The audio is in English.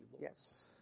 yes